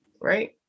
right